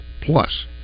Plus